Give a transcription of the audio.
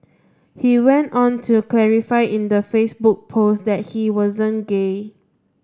he went on to clarify in the Facebook post that he wasn't gay